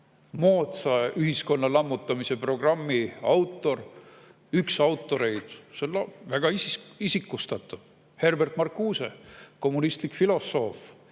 moodsa ühiskonna lammutamise programmi üks autoreid. See on väga isikustatav: Herbert Marcuse, kommunistlik filosoof,